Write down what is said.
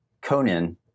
Conan